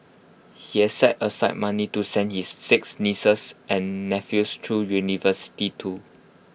he has set aside money to send his six nieces and nephews through university too